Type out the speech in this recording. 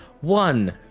One